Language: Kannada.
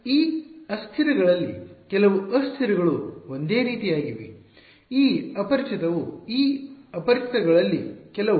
ಈಗ ಈ ಅಸ್ಥಿರಗಳಲ್ಲಿ ಕೆಲವು ಅಸ್ಥಿರಗಳು ಒಂದೇ ರೀತಿಯಾಗಿವೆ ಈ ಅಪರಿಚಿತವು ಈ ಅಪರಿಚಿತಗಳಲ್ಲಿ ಕೆಲವು